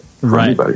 Right